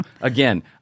Again